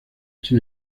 sin